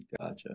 Gotcha